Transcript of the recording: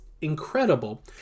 incredible